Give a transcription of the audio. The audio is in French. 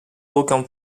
aucun